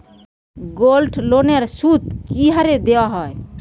গোল্ডলোনের সুদ কি হারে দেওয়া হয়?